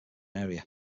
area